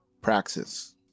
praxis